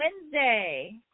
Wednesday